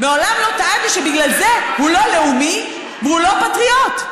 מעולם לא טענתי שבגלל זה הוא לא לאומי והוא לא פטריוט.